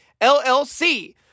LLC